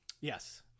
Yes